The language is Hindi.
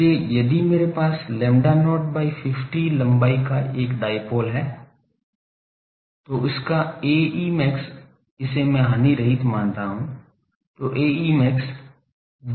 इसलिए यदि मेरे पास lambda not by 50 लम्बाई का एक डायपोल है तो इसका Ae max इसे मैं हानिरहित मान रहा हूँ